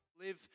Live